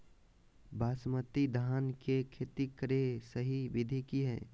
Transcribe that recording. बासमती धान के खेती करेगा सही विधि की हय?